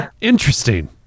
Interesting